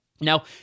Now